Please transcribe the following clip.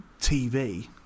TV